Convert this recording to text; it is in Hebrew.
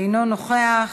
אינו נוכח.